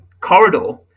corridor